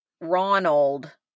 Ronald